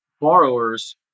borrowers